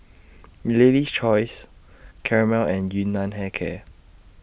Lady's Choice Camel and Yun Nam Hair Care